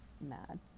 mad